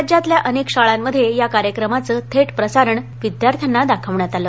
राज्यातल्या अनेक शाळांमध्ये या कार्यक्रमाचं थेट प्रसारण विद्यार्थ्यांना दाखवलं गेलं